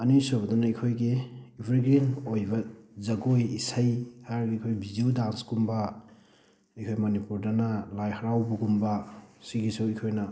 ꯑꯅꯤꯁꯨꯕꯗꯅ ꯑꯩꯈꯣꯏꯒꯤ ꯏꯕꯔꯒ꯭ꯔꯤꯟ ꯑꯣꯏꯕ ꯖꯒꯣꯏ ꯏꯁꯩ ꯍꯥꯏꯔꯗꯤ ꯑꯩꯈꯣꯏ ꯕꯤꯖꯨ ꯗꯥꯟꯁ ꯀꯨꯝꯕ ꯑꯩꯈꯣꯏ ꯃꯅꯤꯄꯨꯔꯗꯅ ꯂꯥꯏ ꯍꯔꯥꯎꯕꯒꯨꯝꯕ ꯁꯤꯒꯤꯁꯨ ꯑꯩꯈꯣꯏꯅ